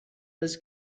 has